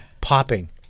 Popping